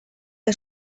que